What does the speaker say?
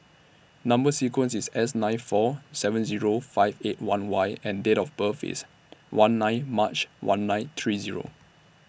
Number sequence IS S nine four seven Zero five eight one Y and Date of birth IS one nine March one nine three Zero